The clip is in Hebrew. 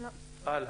הלאה.